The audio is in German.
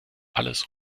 alles